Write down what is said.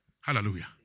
Hallelujah